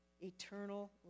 eternal